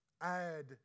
add